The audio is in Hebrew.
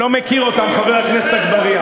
מוסלמים שמשרתים בצה"ל או בשירות לאומי-אזרחי,